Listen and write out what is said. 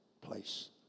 place